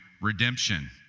redemption